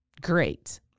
Great